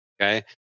okay